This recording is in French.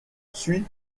suit